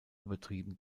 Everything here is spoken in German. übertrieben